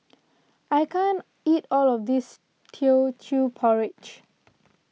I can't eat all of this Teochew Porridge